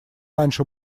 раньше